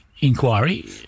inquiry